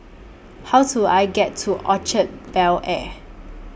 How Do I get to Orchard Bel Air